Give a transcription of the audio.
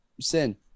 Sin